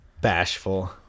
Bashful